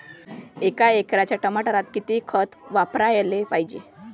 एका एकराच्या टमाटरात किती खत वापराले पायजे?